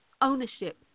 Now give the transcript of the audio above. ownership